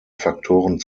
faktoren